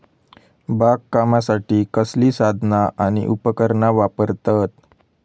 बागकामासाठी कसली साधना आणि उपकरणा वापरतत?